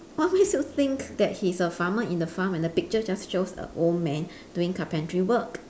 what makes you think that he's a farmer in the farm where the picture just shows a old man doing carpentry work